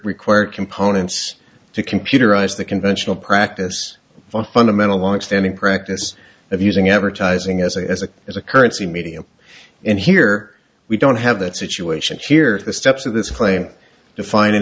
required components to computerize the conventional practice of a fundamental longstanding practice of using advertising as a as a as a currency medium and here we don't have that situation here the steps of this claim defin